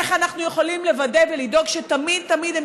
איך אנחנו יכולים לוודא ולדאוג שתמיד תמיד הם